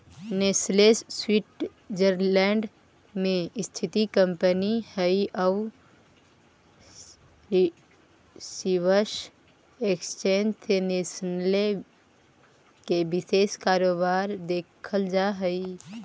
Nestle Switzerland में स्थित company हइ आउ स्विस एक्सचेंज में नेस्ले के विशेष कारोबार देखल जा हइ